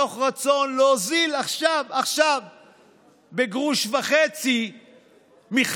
מתוך רצון להוזיל בגרוש וחצי עכשיו,